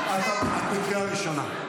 את בקריאה ראשונה.